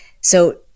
so-